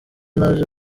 naje